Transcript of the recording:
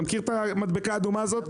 אתה מכיר את המדבקה האדומה הזאת?